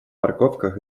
парковках